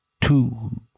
two